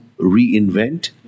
reinvent